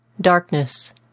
Darkness